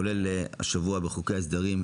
כולל השבוע בחוקי ההסדרים שעברו,